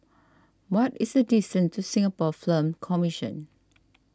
what is the distance to Singapore Film Commission